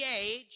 age